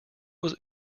was